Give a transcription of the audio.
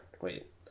Wait